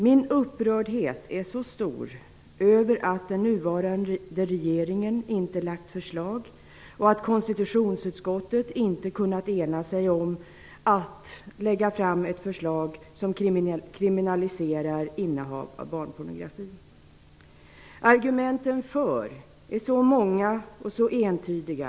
Min upprördhet är så stor över att den nuvarande regeringen inte har lagt fram något förslag och över att konstitutionsutskottet inte har kunnat ena sig om att lägga fram ett förslag om kriminalisering av innehav av barnpornografi. Argumenten för en kriminalisering är många och entydiga.